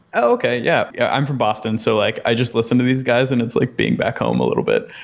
okay. yeah. yeah i'm from boston, so like i just listen to these guys and it's like being back home a little bit.